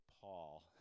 Paul